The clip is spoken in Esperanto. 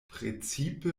precipe